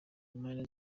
impande